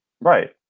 Right